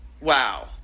wow